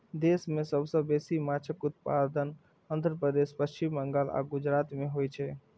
देश मे सबसं बेसी माछक उत्पादन आंध्र प्रदेश, पश्चिम बंगाल आ गुजरात मे होइ छै